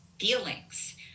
feelings